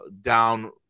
down